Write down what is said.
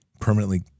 permanently